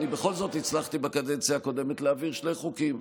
בכל זאת הצלחתי בקדנציה הקודמת להעביר שני חוקים,